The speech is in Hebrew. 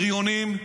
בריונים.